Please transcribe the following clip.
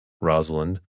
Rosalind